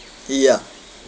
ya